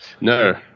No